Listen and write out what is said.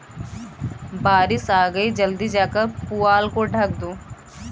बारिश आ गई जल्दी जाकर पुआल को ढक दो